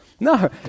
No